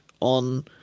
on